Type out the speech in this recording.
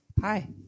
hi